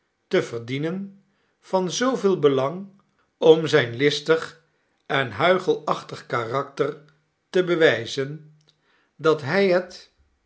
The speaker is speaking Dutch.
te verdienen van zooveel belang om zijn listig en huichelachtig karakter te bewijzen dat hij het